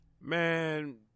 man